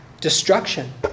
destruction